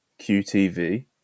qtv